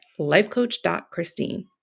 lifecoach.christine